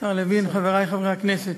השר לוין, חברי חברי הכנסת,